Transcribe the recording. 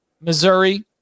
Missouri